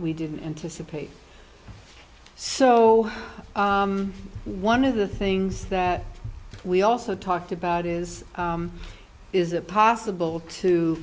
we didn't anticipate so one of the things that we also talked about is is it possible to